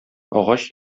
агач